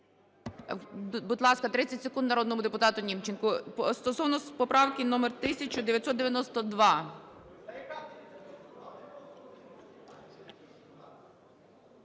Будь ласка, 30 секунд народному депутату Німченку стосовно поправки номер 1992-а.